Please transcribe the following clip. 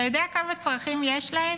אתה יודע כמה צרכים יש להם?